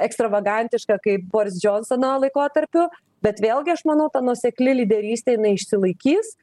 ekstravagantiška kaip boris džionsono laikotarpiu bet vėlgi aš manau ta nuosekli lyderystė jinai išsilaikys